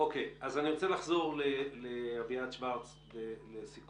כאלה שרוצים לשפר מקומות עבודה אלה נמצאים